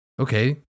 Okay